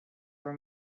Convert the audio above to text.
were